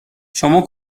شما